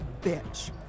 bitch